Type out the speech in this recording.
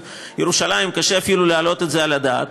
ירושלים קשה אפילו להעלות את זה על הדעת.